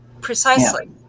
precisely